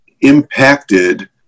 impacted